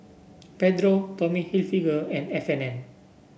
Pedro Tommy Hilfiger and F and N